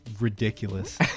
ridiculous